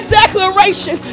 declaration